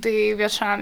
tai viešam